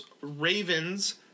ravens